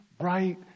right